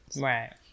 right